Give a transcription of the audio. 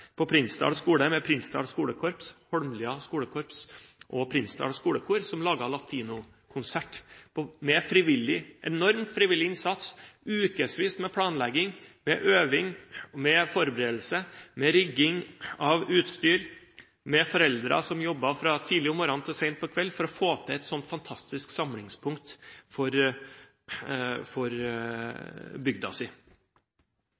på Prinsdal skole med Prinsdal Skolekorps, Holmlia Skolekorps og Prinsdal Skolekor, som laget Latino konsert med en enorm frivillig innsats, ukevis med planlegging, øving, forberedelse, rigging av utstyr og med foreldre som jobbet fra tidlig om morgenen til sent på kvelden for å få til et sånt fantastisk samlingspunkt for bygda si. Norge har faktisk en unik tradisjon for